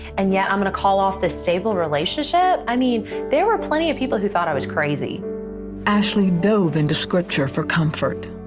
and yet i'm going to call off this stable relationship? i mean there were plenty of people who thought i was crazy. reporter ashley dove into scripture for comfort.